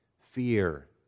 Fear